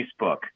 Facebook